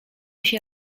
się